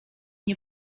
nie